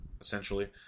essentially